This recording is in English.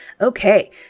okay